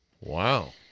Wow